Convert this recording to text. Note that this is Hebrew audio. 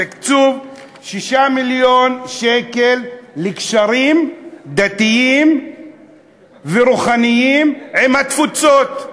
תקצוב 6 מיליון שקל לקשרים דתיים ורוחניים עם התפוצות.